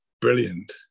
brilliant